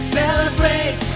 celebrate